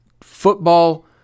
football